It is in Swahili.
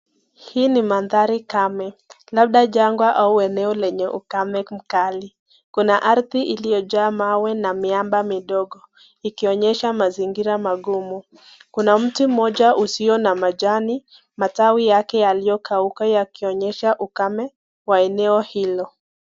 Hii ni mandhari kame, labda jangwa au eneo lenye ukame mkali. Kuna ardhi iliyojaa mawe na miamba midogo, ikionyesha mazingira magumu. Kuna mti mmoja usio na majani, matawi yake yaliyokauka yakionyesha ukame wa eneo hilo.